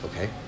Okay